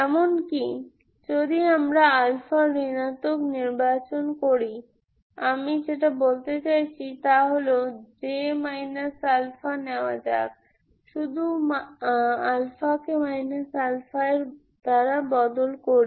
এমনকি যদি আমি ঋণাত্মক নির্বাচন করি আমি যেটা বলতে চাইছি তা হল J α নেওয়া যাক শুধু কে এর দ্বারা বদল করি